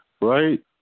right